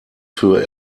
für